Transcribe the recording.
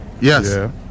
Yes